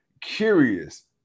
curious